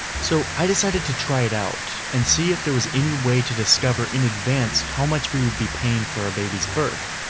so i decided it'd try it out. and see if there was any way to discover in advance how much we would be paying for our baby's birth.